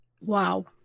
Wow